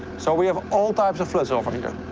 so, we have all types of floods over here.